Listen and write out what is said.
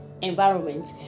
environment